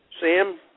Sam